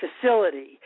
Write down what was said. facility